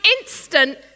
instant